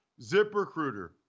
ZipRecruiter